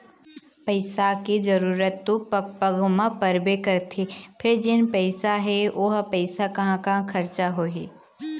पइसा के जरूरत तो पग पग म परबे करथे फेर जेन पइसा हे ओ पइसा कहाँ कहाँ खरचा होही